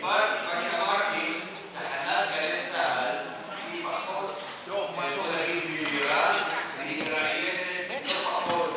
אמרתי שתחנת גלי צה"ל היא פחות מדירה והיא מראיינת לא פחות